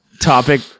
topic